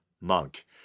Monk